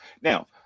now